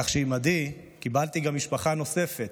כך שעם עדי קיבלתי גם משפחה נוספת,